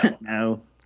No